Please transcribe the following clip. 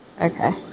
Okay